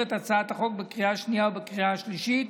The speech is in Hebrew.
את הצעת החוק בקריאה השנייה ובקריאה השלישית